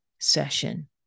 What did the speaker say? session